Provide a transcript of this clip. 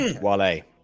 Wale